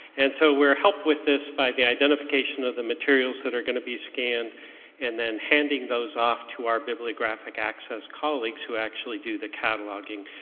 and so we help with this by the identification of the materials that are going to be scanned and then handing those off to our bibliographic access colleagues who actually do the cataloging.